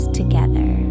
together